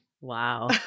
Wow